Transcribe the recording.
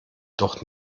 doch